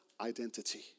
identity